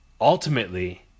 Ultimately